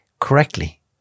correctly